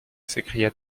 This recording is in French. s’écria